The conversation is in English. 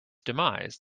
demise